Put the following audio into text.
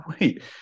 wait